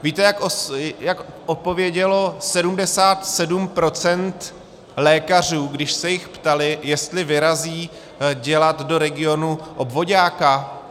Víte, jak odpovědělo 77 % lékařů, když se jich ptali, jestli vyrazí dělat do regionu obvoďáka?